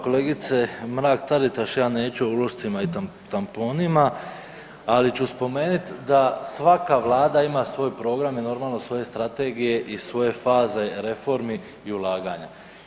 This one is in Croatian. Kolegice Mrak Taritaš ja neću o ulošcima i tamponima, ali ću spomenut da svaka vlada ima svoj program i normalno svoje strategije i svoje faze reformi i ulaganja.